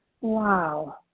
wow